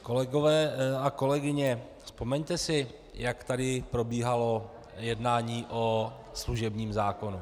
Kolegové a kolegyně, vzpomeňte si, jak tady probíhalo jednání o služebním zákonu.